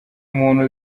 muntu